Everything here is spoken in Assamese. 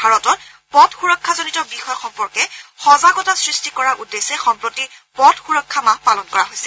ভাৰতত পথ সূৰক্ষাজনিত বিষয় সম্পৰ্কে সজাগতা সৃষ্টি কৰাৰ উদ্দেশ্যে সম্প্ৰতি পথ সুৰক্ষা মাহ পালন কৰা হৈছে